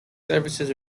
services